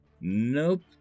Nope